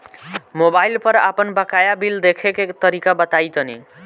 Mobile पर आपन बाकाया बिल देखे के तरीका बताईं तनि?